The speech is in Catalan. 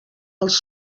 els